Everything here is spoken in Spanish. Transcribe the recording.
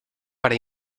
para